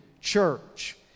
church